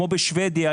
כמו בשבדיה.